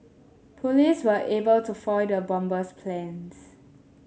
police were able to foil the bomber's plans